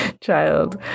child